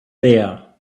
there